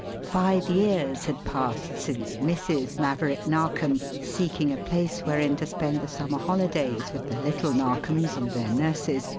five years had passed since mrs. maverick narkom, seeking a place wherein to spend the summer holidays with the little narkoms and their nurses,